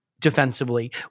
Defensively